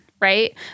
right